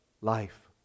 life